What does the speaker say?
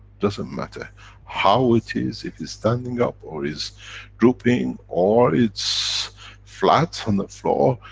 doesn't matter how it is, if it's standing up or is drooping or it's flat on the floor,